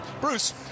Bruce